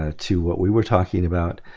ah to what we were talking about.